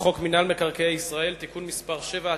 בחוק מינהל מקרקעי ישראל (תיקון מס' 7),